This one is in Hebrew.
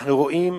אנחנו רואים,